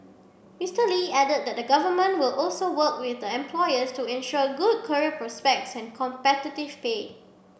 Mister Lee added that the government will also work with employers to ensure good career prospects and competitive pay